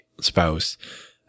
spouse